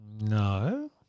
No